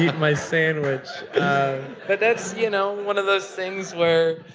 my sandwich. but that's, you know, one of those things where